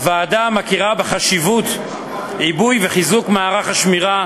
הוועדה מכירה בחשיבות העיבוי והחיזוק של מערך השמירה